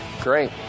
Great